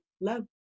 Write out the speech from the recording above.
love